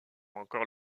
encore